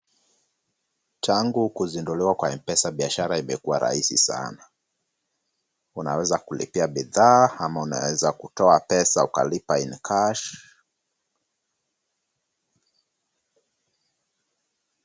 Tangu kuzinduliwa kwa Mpesa biashara imekuwa rahisi sana. Unaweza kulipia bidhaa ama unaweza kutoa pesa ukalipa in cash .